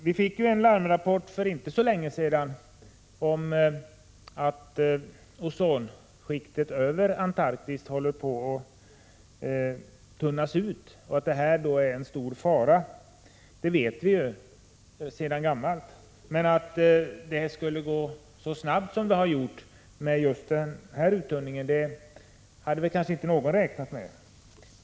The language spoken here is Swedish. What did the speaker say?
Vi fick en larmrapport för inte så länge sedan om att ozonskiktet över Antarktis håller på att tunnas ut. Att detta är en stor fara vet vi sedan gammalt, men att uttunningen skulle gå så snabbt hade kanske inte någon räknat med.